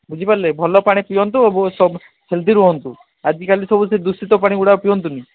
ବୁଝିପାରିଲେ ଭଲ ପାଣି ପିଅନ୍ତୁ ଏବଂ ହେଲ୍ଦି ରୁହନ୍ତୁ ଆଜିକାଲି ସବୁ ସେଇ ଦୂଷିତ ପାଣିଗୁଡ଼ା ପିଅନ୍ତୁନି